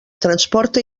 transporta